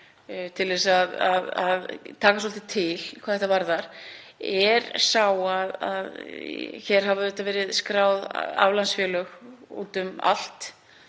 vinnu, að taka svolítið til hvað þetta varðar, sé sá að hér hafa auðvitað verið skráð aflandsfélög úti um allt,